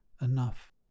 enough